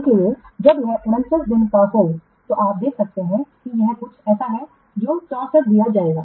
इसलिए जब यह 49 दिन का हो तो आप देख सकते हैं कि यह कुछ ऐसा है जो 64 दिया जाएगा